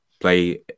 Play